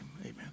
amen